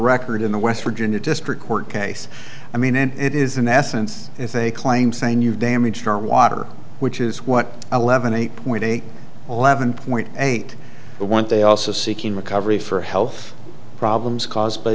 record in the west virginia district court case i mean and it is in essence if they claim saying you've damaged our water which is what eleven eight point eight eleven point eight want they also seeking recovery for health problems caused by